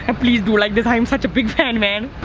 and please do like this. i am such a big fan, man.